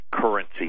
currency